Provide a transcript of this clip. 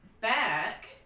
back